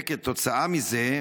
וכתוצאה מזה,